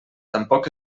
tampoc